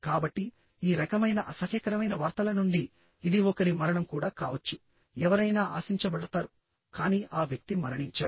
కాబట్టిఈ రకమైన అసహ్యకరమైన వార్తల నుండి ఇది ఒకరి మరణం కూడా కావచ్చుఎవరైనా ఆశించబడతారుకానీ ఆ వ్యక్తి మరణించాడు